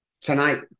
tonight